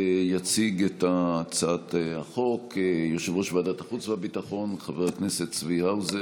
יציג את הצעת החוק יושב-ראש ועדת החוץ והביטחון חבר הכנסת צבי האוזר.